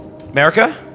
America